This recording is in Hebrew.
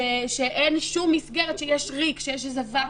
שיש ריק, שיש איזה ואקום.